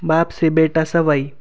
बाप से बेटा सवाई